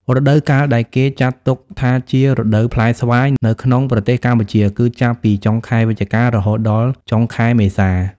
រដូវកាលដែលគេចាត់ទុកថាជា រដូវផ្លែស្វាយ នៅក្នុងប្រទេសកម្ពុជា គឺចាប់ពី ចុងខែវិច្ឆិកា រហូតដល់ចុងខែមេសា។